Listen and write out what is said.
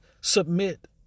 submit